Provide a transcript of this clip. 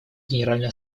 генеральной